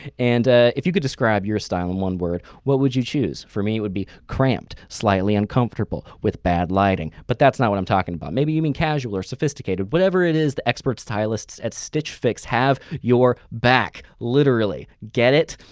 and if you could describe your style in one word what would you choose? for me it would be cramped, slightly uncomfortable with bad lighting but that's not what i'm talkin' about. maybe you mean casual or sophisticated. whatever it is the expert stylists at stitchfix have your back, literally. get it?